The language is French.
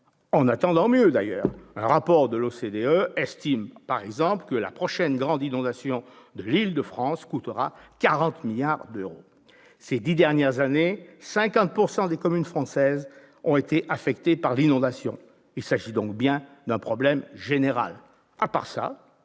En attendant mieux, un rapport de l'OCDE estime que la prochaine grande inondation de l'Île-de-France coûtera 40 milliards d'euros. Ces dix dernières années, 50 % des communes françaises ont été affectées par les inondations : il s'agit bien d'un problème général